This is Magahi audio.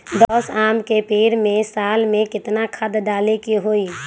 दस आम के पेड़ में साल में केतना खाद्य डाले के होई?